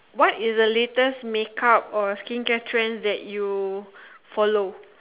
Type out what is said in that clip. what is the latest make up or skincare trends that you follow